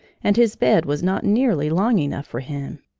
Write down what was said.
and his bed was not nearly long enough for him.